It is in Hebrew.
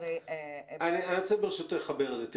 אני רוצה ברשותך לחבר את זה.